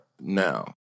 now